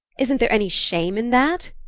isn't there any shame in that?